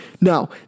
Now